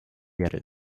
wäre